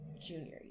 junior